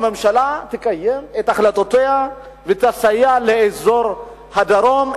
שהממשלה תקיים את החלטותיה ותסייע לאזור הדרום.